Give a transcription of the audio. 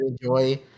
enjoy